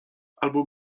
albo